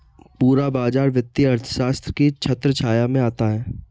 पूरा बाजार वित्तीय अर्थशास्त्र की छत्रछाया में आता है